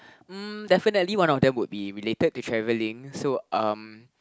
mm definitely one of them would be related to travelling so um